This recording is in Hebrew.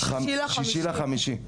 6 במאי.